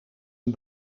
een